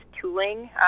tooling